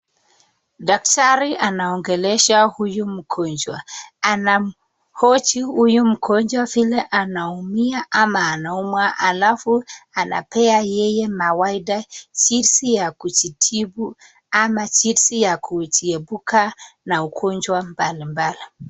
Daktari anaongelesha huyu mgonjwa anamhoji huyu mgonjwa vile anaumia ama anaumwa alafu anapea yye mawaidha jinsi ya kujitibu au jinsi ya kujiepuka na ugonjwa mbali mbali.